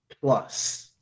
plus